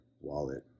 wallet